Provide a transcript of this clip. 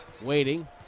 Waiting